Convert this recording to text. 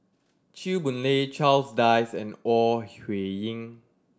Chew Boon Lay Charles Dyce and Ore Huiying